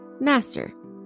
Master